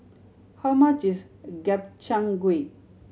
how much is Gobchang Gui